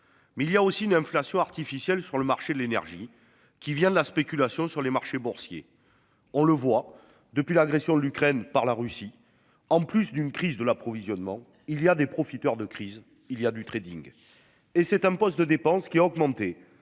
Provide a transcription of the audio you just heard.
mais il y a aussi une inflation artificielle sur le marché de l'énergie qui vient de la spéculation sur les marchés boursiers, on le voit depuis l'agression de l'Ukraine par la Russie en plus d'une crise de l'approvisionnement. Il y a des profiteurs de crise, il y a du Trading et c'est un poste de dépenses qui a augmenté